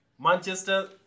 Manchester